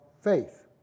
faith